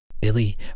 Billy